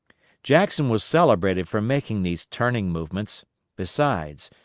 jackson was celebrated for making these turning movements besides,